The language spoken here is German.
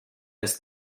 ist